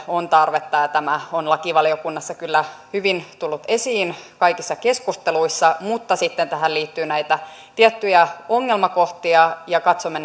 on tarvetta ja tämä on lakivaliokunnassa kyllä hyvin tullut esiin kaikissa keskusteluissa mutta sitten tähän liittyy näitä tiettyjä ongelmakohtia ja katsomme